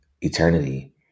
eternity